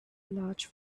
large